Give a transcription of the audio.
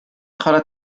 chwarae